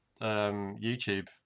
YouTube